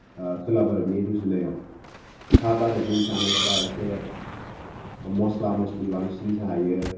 ओ खोला भारतनि रुजुनायाव सा भारतनि जानायफोरा इसे मसला मसलि बांसिन जायो